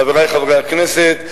חברי חברי הכנסת,